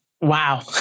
Wow